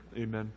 amen